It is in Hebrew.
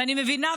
ואני מבינה,